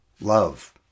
Love